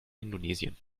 indonesien